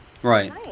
Right